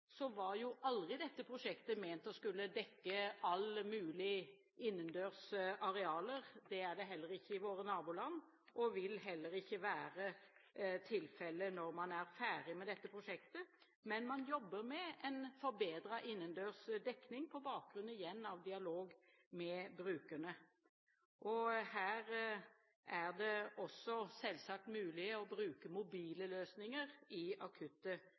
var aldri dette prosjektet ment å skulle dekke alle mulige innendørs arealer, det gjør det heller ikke i våre naboland og vil heller ikke være tilfellet når man er ferdig med dette prosjektet. Men man jobber med en forbedret innendørs dekning på bakgrunn av – igjen – dialog med brukerne. Her er det også selvsagt mulig å bruke mobile løsninger i akutte